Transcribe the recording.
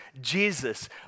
Jesus